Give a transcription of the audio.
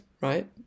right